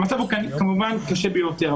המצב כמובן הוא קשה ביותר.